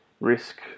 risk